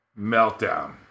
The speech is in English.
Meltdown